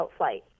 outflight